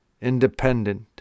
independent